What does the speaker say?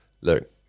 look